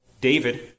David